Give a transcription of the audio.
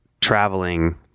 traveling